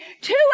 two